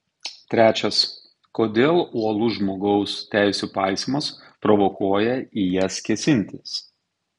trečias kodėl uolus žmogaus teisių paisymas provokuoja į jas kėsintis